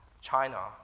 China